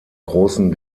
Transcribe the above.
großen